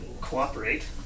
cooperate